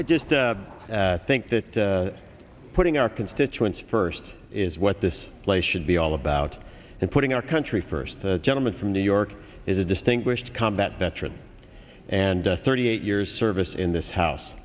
just think that putting our constituents first is what this place should be all about and putting our country first the gentleman from new york is a distinguished combat veteran and thirty eight years service in this house